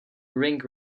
ring